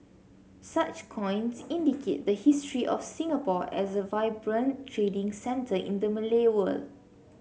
such coins indicate the history of Singapore as a vibrant trading centre in the Malay world